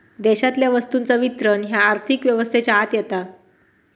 देशातल्या वस्तूंचा वितरण ह्या आर्थिक व्यवस्थेच्या आत येता